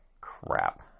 crap